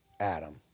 Adam